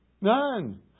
None